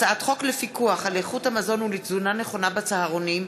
הצעת חוק לפיקוח על איכות המזון ולתזונה נכונה בצהרונים,